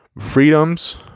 freedoms